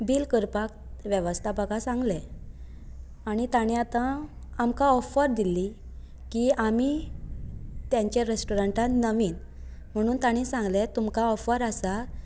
bill करपाक वेवस्थापका सांगले आनी तांणे आतां आमकां ऑफर दिल्ली की आमी तेंच्या रॅस्टोरंटान नवी म्हणून ताणी सांगले तुमकां ऑफर आसा